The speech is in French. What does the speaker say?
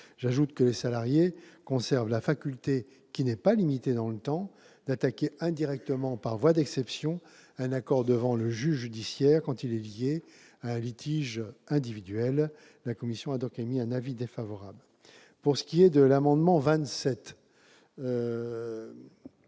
J'ajoute que les salariés conservent la faculté, qui n'est pas limitée dans le temps, d'attaquer indirectement, par voie d'exception, un accord devant le juge judiciaire quand il est lié à un litige individuel. La commission émet donc également un avis défavorable sur cet amendement.